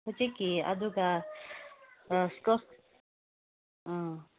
ꯍꯧꯖꯤꯛꯀꯤ ꯑꯗꯨꯒ ꯏꯁꯀ꯭ꯋꯥꯁ